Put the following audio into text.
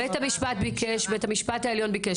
בית המשפט העליון ביקש.